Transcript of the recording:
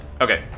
Okay